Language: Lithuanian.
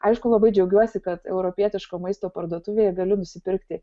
aišku labai džiaugiuosi kad europietiško maisto parduotuvėje galiu nusipirkti